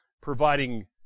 providing